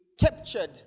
captured